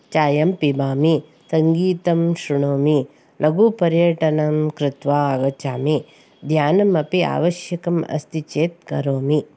चायं पिबामि सङ्गीतं शृणोमि लघुपर्यटनं कृत्वा आगच्छामि ध्यानमपि आवश्यकम् अस्ति चेत् करोमि